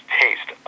taste